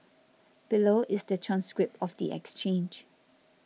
below is the transcript of the exchange